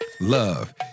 Love